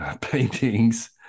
paintings